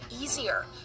easier